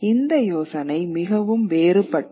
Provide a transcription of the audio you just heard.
இந்த யோசனை மிகவும் வேறுபட்டது